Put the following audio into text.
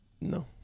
No